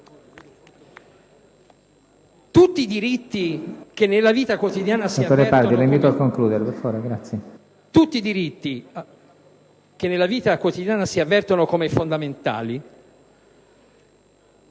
Tutti i diritti che nella vita quotidiana si avvertono come fondamentali